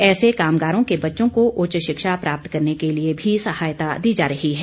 ऐसे कामगारों के बच्चों को उच्च शिक्षा प्राप्त करने के लिए भी सहायता दी जा रही है